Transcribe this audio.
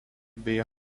bei